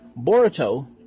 Boruto